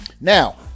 Now